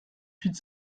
huit